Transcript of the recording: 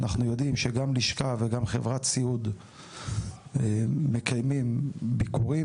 אנחנו יודעים שגם לשכה וגם חברת סיעוד מקיימים ביקורים.